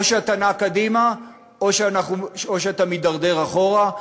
או שאתה נע קדימה או שאתה מידרדר אחורה.